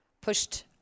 pushed